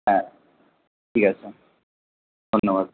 হ্যাঁ ঠিক আছে ধন্যবাদ